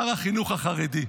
שר החינוך החרדי,